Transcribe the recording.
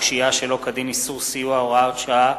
שהייה שלא כדין (איסור סיוע) (הוראות שעה)